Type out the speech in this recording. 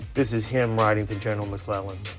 this is him riding with general mcclellan.